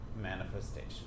manifestation